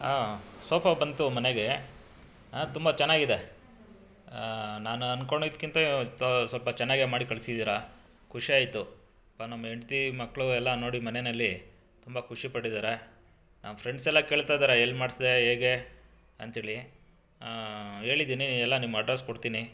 ಆಂ sofa ಬಂತು ಮನೆಗೆ ತುಂಬ ಚೆನ್ನಾಗಿದೆ ನಾನು ಅನ್ಕೊಂಡಿದ್ಕಿಂತ ತ ಸ್ವಲ್ಪ ಚೆನ್ನಾಗೆ ಮಾಡಿ ಕಳ್ಸಿದ್ದೀರ ಖುಷಿಯಾಯಿತು ನಮ್ಮ ಹೆಂಡ್ತಿ ಮಕ್ಕಳು ಎಲ್ಲ ನೋಡಿ ಮನೆಯಲ್ಲಿ ತುಂಬ ಖುಷಿಪಟ್ಟಿದ್ದಾರೆ ನನ್ನ ಫ್ರೆಂಡ್ಸೆಲ್ಲ ಕೇಳ್ತಾಯಿದ್ದಾರೆ ಎಲ್ಲಿ ಮಾಡಿಸ್ದೆ ಹೇಗೆ ಅಂತೇಳಿ ಹೇಳಿದಿನಿ ಎಲ್ಲ ನಿಮ್ಮ ಅಡ್ರೆಸ್ ಕೊಡ್ತೀನಿ